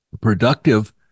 productive